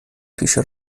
پیشه